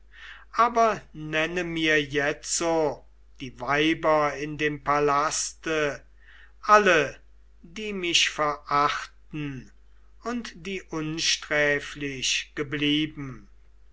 aber nenne mir jetzo die weiber in dem palaste alle die mich verachten und die unsträflich geblieben